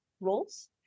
roles